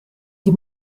die